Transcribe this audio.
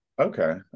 okay